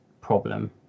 problem